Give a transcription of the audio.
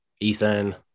ethan